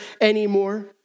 anymore